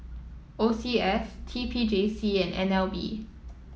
O C S T P J C and N L B